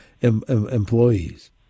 employees